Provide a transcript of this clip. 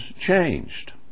changed